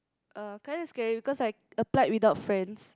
uh kind of scary because I applied without friends